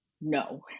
No